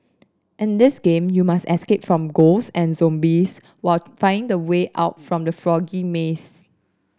in this game you must escape from ghosts and zombies while finding the way out from the froggy maze